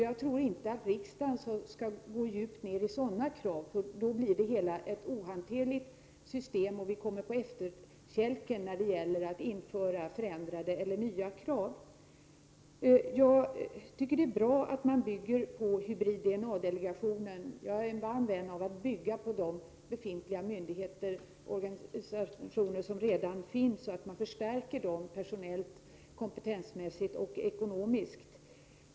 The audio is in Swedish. Jag tror inte att riksdagen skall fördjupa sig i sådana krav, för då blir det hela ett ohanterligt system och vi kommer på efterkälken när det gäller att införa förändrade eller nya krav. Det är bra att bygga på hybrid-DNA-delegationen. Jag är en varm vän av att bygga på befintliga myndigheter och organisationer, så att de förstärks personellt, kompetensmässigt och ekonomiskt.